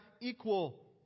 equal